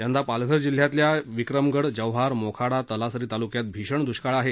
यंदा पालघर जिल्ह्यातल्या विक्रमगड जव्हार मोखाडा तलासरी तालुक्यात भीषण दृष्काळ आहे